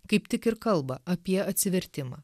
kaip tik ir kalba apie atsivertimą